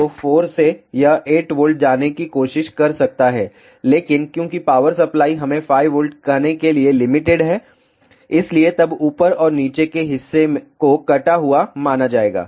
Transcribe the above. तो 4 से यह 8 V तक जाने की कोशिश कर सकता है लेकिन क्योंकि पावर सप्लाई हमें 5 V कहने के लिए लिमिटेड है इसलिए तब ऊपर और नीचे के हिस्से को कटा हुआ माना जाएगा